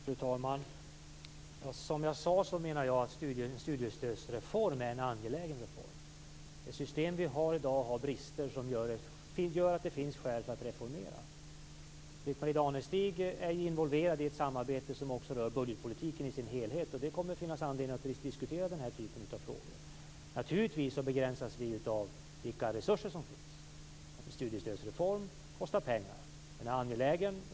Fru talman! Som jag sade menar jag att studiestödsreformen är en angelägen reform. Det system vi har i dag har brister som gör att det finns skäl att reformera. Britt-Marie Danestig är involverad i ett samarbete som också rör budgetpolitiken i sin helhet, och där kommer det att finnas anledning att diskutera den här typen av frågor. Naturligtvis begränsas vi av vilka resurser som finns. En studiestödsreform kostar pengar. Den är angelägen.